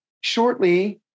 Shortly